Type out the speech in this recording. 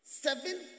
Seven